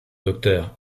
docteur